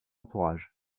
entourage